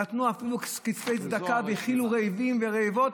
נתנו אפילו כספי צדקה והאכילו רעבים ורעבות,